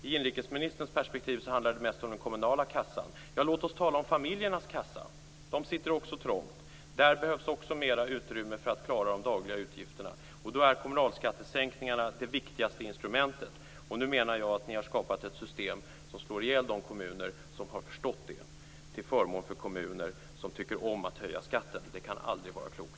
I inrikesministerns perspektiv handlar det mest om den kommunala kassan. Låt oss tala om familjernas kassa! De sitter också trångt. Där behövs också mer utrymme för att klara de dagliga utgifterna. Då är kommunalskattesänkningarna det viktigaste instrumentet. Jag menar att ni nu har skapat ett system som slår ihjäl de kommuner som har förstått det, till förmån för kommuner som tycker om att höja skatten. Det kan aldrig vara klokt.